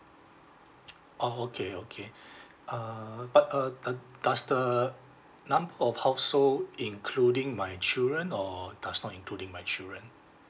oh okay okay uh but uh do~ does the number of household including my children or does not including my children